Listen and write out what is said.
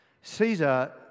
Caesar